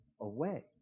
away